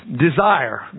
desire